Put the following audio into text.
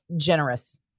generous